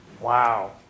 Wow